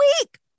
week